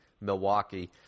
Milwaukee